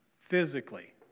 physically